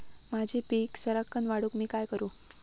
माझी पीक सराक्कन वाढूक मी काय करू?